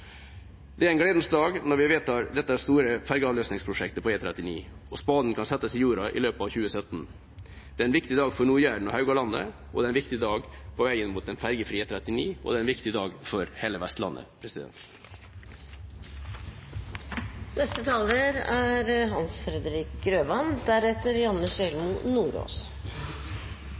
Det er en gledens dag når vi vedtar dette store fergeavløsningsprosjektet på E39, og spaden kan settes i jorda i løpet av 2017. Det er en viktig dag for Nord-Jæren og Haugalandet, det er en viktig dag på veien mot en fergefri E39, og det er en viktig dag for hele Vestlandet. Rogfast er et veldig godt prosjekt som det er